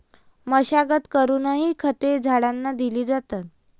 मशागत करूनही खते झाडांना दिली जातात